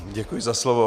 Děkuji za slovo.